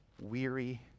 weary